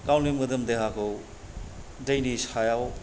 गावनि मोदोम देहाखौ दैनि सायाव